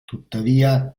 tuttavia